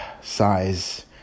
size